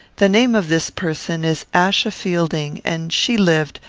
the name of this person is achsa fielding, and she lived,